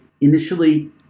initially